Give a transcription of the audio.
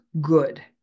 good